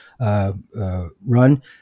run